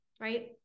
right